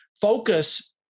Focus